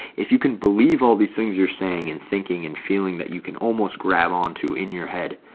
if you can believe all these things you're saying and thinking and feeling that you can almost grab on to in your head.